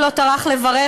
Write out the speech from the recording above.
הוא לא טרח לברך,